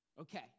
Okay